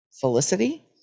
Felicity